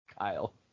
Kyle